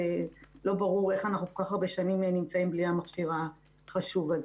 שלא ברור איך כל כך הרבה שנים אנחנו נמצאים בלי המכשיר החשוב הזה.